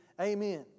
Amen